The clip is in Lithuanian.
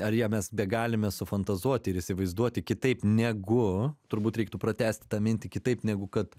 ar ją mes begalime sufantazuoti ir įsivaizduoti kitaip negu turbūt reiktų pratęsti tą mintį kitaip negu kad